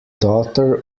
daughter